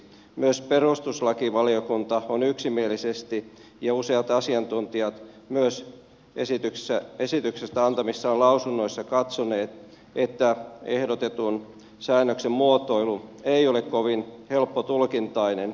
myös perustuslakivaliokunta yksimielisesti ja myös useat asiantuntijat esityksestä antamissaan lausunnoissa ovat katsoneet että ehdotetun säännöksen muotoilu ei ole kovin helppotulkintainen